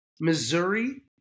Missouri